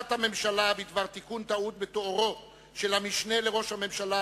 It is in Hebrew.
הודעת הממשלה בדבר תיקון טעות בתוארו של המשנה לראש הממשלה,